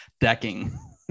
decking